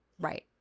Right